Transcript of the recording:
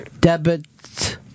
Debit